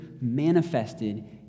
manifested